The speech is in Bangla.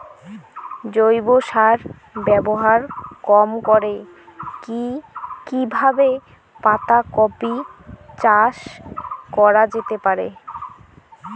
জৈব সার ব্যবহার কম করে কি কিভাবে পাতা কপি চাষ করা যেতে পারে?